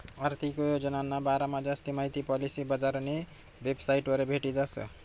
आर्थिक योजनाना बारामा जास्ती माहिती पॉलिसी बजारनी वेबसाइटवर भेटी जास